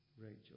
Rachel